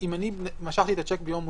אם משכתי את השיק ביום ראשון,